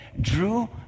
drew